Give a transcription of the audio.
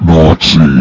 Nazi